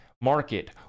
market